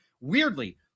Weirdly